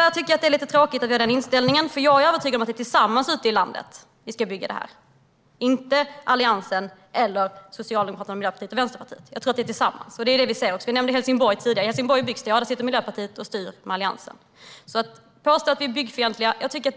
Jag tycker att det är lite tråkigt med den här inställningen, för jag är övertygad om att vi tillsammans ute i landet ska bygga det här. Det är inte Alliansen eller Socialdemokraterna, Miljöpartiet och Vänsterpartiet. Jag tror att vi ska göra det tillsammans. Det är det vi ser också. Helsingborg nämndes tidigare. I Helsingborg byggs det. Där styr Miljöpartiet tillsammans med Alliansen. Jag tycker att det är en lite tråkig inställning att påstå att vi är byggfientliga. Men jag ska gå